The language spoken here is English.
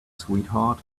sweetheart